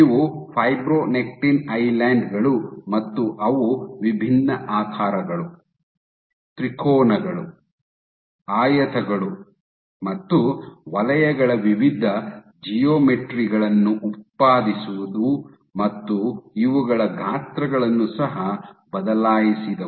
ಇವು fibronectin island ಗಳು ಮತ್ತು ಅವು ವಿಭಿನ್ನ ಆಕಾರಗಳು ತ್ರಿಕೋನಗಳು ಆಯತಗಳು ಮತ್ತು ವಲಯಗಳ ವಿವಿಧ ಜಿಯೋಮೆಟ್ರಿ ಗಳನ್ನು ಉತ್ಪಾದಿಸಿದವು ಮತ್ತು ಇವುಗಳ ಗಾತ್ರಗಳನ್ನು ಸಹ ಬದಲಾಯಿಸಿದವು